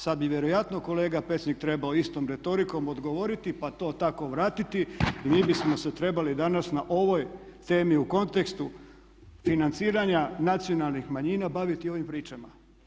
Sada bi vjerojatno kolega Pecnik trebao istom retorikom odgovoriti pa to tako vratiti i mi bismo se trebali danas na ovoj temi u kontekstu financiranja nacionalnih manjina baviti ovim pričama.